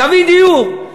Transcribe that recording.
תביא דיור.